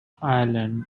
island